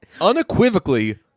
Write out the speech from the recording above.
unequivocally